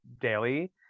daily